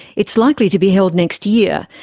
it's likely to be held next year,